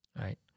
right